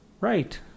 Right